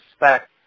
expect